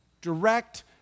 direct